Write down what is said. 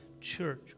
church